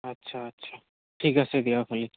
আচ্ছা আচ্ছা ঠিক আছে দিয়ক হ'লে